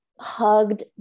hugged